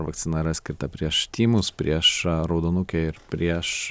vakcina yra skirta prieš tymus prieš raudonukę ir prieš